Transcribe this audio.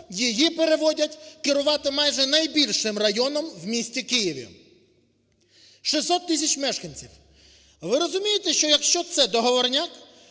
її переводять керувати майже найбільшим районом в місті Києві. 600 тисяч мешканців. Ви розумієте, що якщо це "договорняк",